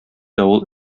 давыл